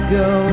go